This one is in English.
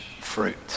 fruit